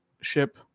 ship